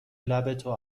لبتو